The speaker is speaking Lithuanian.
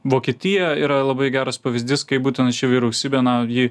vokietija yra labai geras pavyzdys kaip būtent ši vyriausybė na ji